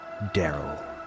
Daryl